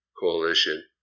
Coalition